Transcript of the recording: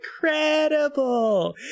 incredible